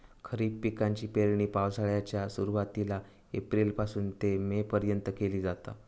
खरीप पिकाची पेरणी पावसाळ्याच्या सुरुवातीला एप्रिल पासून ते मे पर्यंत केली जाता